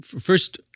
first